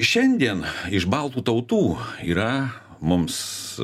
šiandien iš baltų tautų yra mums